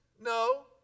no